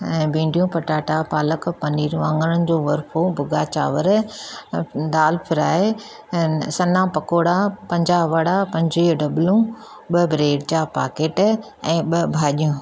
ऐं भींडियूं पटाटा पालक पनीर वाङणनि जो बरफ़ो भुॻा चांवर दाल फ्राई ऐं सन्ना पकोड़ा पंजाहु वड़ा पंजुवीह डबलूं ॿ ब्रेड जा पॉकेट ऐं ॿ भाॼियूं